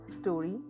story